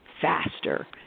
faster